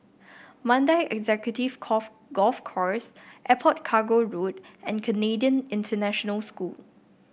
Mandai Executive Golf Course Airport Cargo Road and Canadian International School